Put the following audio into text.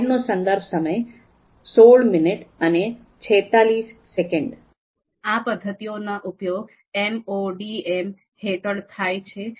આ પદ્ધતિઓ ના ઉપયોગ એમઓડીએમ હેઠળ થાય છે